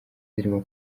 zirimo